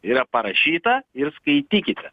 yra parašyta ir skaitykite